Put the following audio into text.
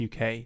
UK